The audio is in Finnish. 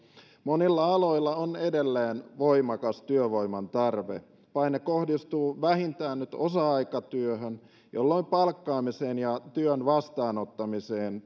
monilla aloilla on edelleen voimakas työvoiman tarve paine kohdistuu vähintään nyt osa aikatyöhön jolloin palkkaamiseen ja työn vastaanottamiseen